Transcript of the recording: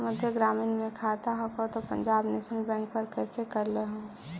मध्य ग्रामीण मे खाता हको तौ पंजाब नेशनल पर कैसे करैलहो हे?